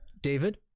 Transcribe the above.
David